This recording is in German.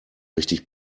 richtig